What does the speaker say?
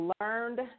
learned